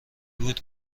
بود